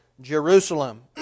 Jerusalem